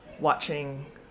watching